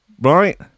right